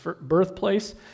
birthplace